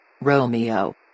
Romeo